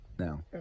now